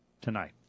tonight